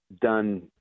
done